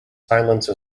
silence